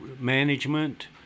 management